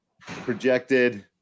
projected